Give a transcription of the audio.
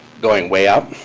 going way up.